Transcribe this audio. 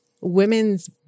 women's